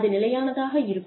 அது நிலையானதாக இருக்கும்